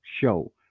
show